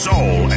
Soul